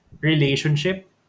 relationship